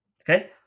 Okay